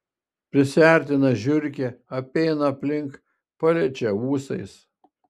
prisiartina žiurkė apeina aplink paliečia ūsais